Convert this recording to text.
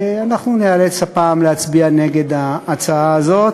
אנחנו ניאלץ הפעם להצביע נגד ההצעה הזאת,